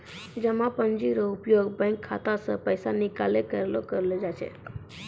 जमा पर्ची रो उपयोग बैंक खाता से पैसा निकाले लेली करलो जाय छै